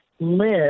live